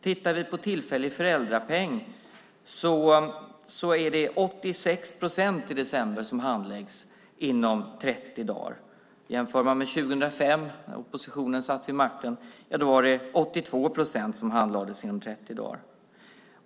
När det gäller tillfällig föräldrapeng handlades 86 procent inom 30 dagar i december. År 2005, då oppositionen satt vid makten, var det 82 procent som handlades inom 30 dagar.